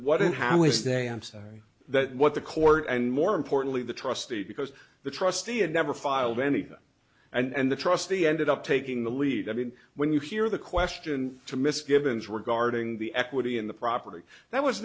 that a i'm sorry that what the court and more importantly the trustee because the trustee had never filed anything and the trustee ended up taking the lead i mean when you hear the question to mr givens regarding the equity in the property that was